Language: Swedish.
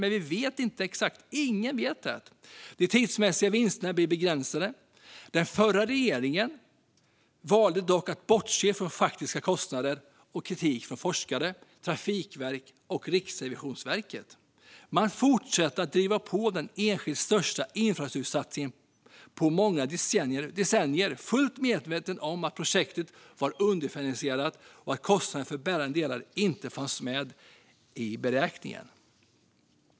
Men vi vet inte exakt - ingen vet. De tidsmässiga vinsterna blir begränsade. Den förra regeringen valde dock att bortse från faktiska kostnader och kritik från forskare, Trafikverket och Riksrevisionsverket. Man fortsatte att driva på den enskilt största infrastruktursatsningen på många decennier, fullt medveten om att projektet var underfinansierat och att kostnader för bärande delar inte fanns med i beräkningen.